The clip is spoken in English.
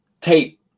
tape